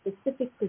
specific